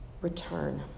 return